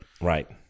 right